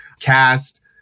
cast